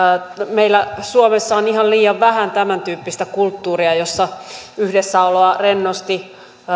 meillä suomessa on ihan liian vähän tämäntyyppistä kulttuuria jossa yhdessäoloa rennosti